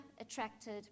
attracted